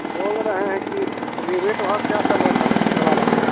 बोल रहे हैं कि रेगेट भाव क्या चला रहे है